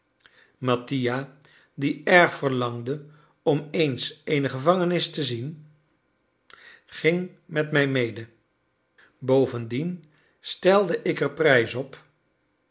mattia die erg verlangde om eens eene gevangenis te zien ging met mij mede bovendien stelde ik er prijs op